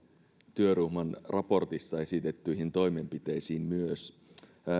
työryhmän raportissa esitettyihin toimenpiteisiin